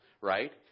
right